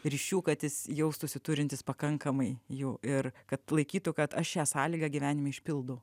ryšių kad jis jaustųsi turintis pakankamai jų ir kad laikytų kad aš šią sąlygą gyvenime išpildau